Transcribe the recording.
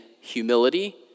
humility